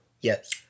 Yes